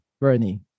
Bernie